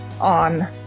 on